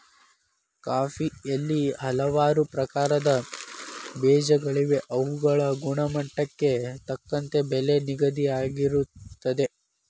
ಕಾಫಿಯಲ್ಲಿ ಹಲವಾರು ಪ್ರಕಾರದ ಬೇಜಗಳಿವೆ ಅವುಗಳ ಗುಣಮಟ್ಟಕ್ಕೆ ತಕ್ಕಂತೆ ಬೆಲೆ ನಿಗದಿಯಾಗಿರುತ್ತದೆ